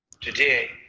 Today